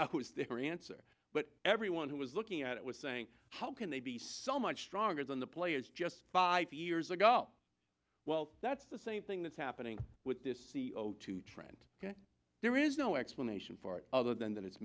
was their answer but everyone who was looking at it was saying how can they be so much stronger than the players just five years ago well that's the same thing that's happening with this c o two trend there is no explanation for it other than that it's